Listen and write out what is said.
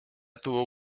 tuvo